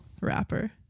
rapper